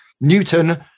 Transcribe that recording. Newton